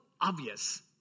obvious